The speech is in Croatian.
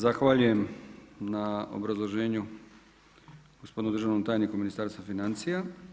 Zahvaljujem na obrazloženju gospodinu državnom tajniku u Ministarstvu financija.